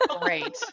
Great